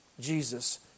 Jesus